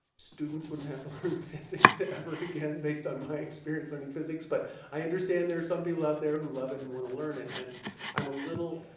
students wouldn't have to learn physics ever again based on my experience learning physics, but i understand there's some people out there who love it and want to learn it, and i'm a little.